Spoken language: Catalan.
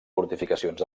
fortificacions